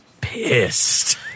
pissed